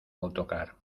autocar